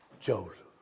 Joseph